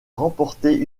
remporter